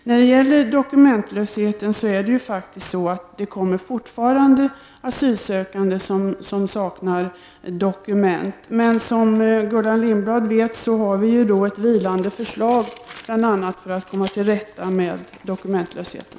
När det gäller dokumentlösheten är det faktiskt så att det fortfarande kommer asylsökande som saknar dokument. Som Gullan Lindblad vet har vi ett vilande lagförslag, bl.a. för att komma till rätta med dokumentlösheten.